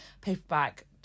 paperback